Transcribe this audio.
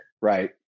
Right